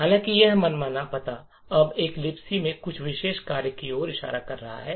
हालाँकि यह मनमाना पता अब एक Libc में कुछ विशेष कार्य की ओर इशारा कर रहा है